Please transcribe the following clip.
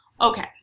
Okay